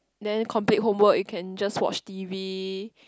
then complete homework you can watch T_V